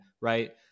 right